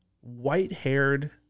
White-haired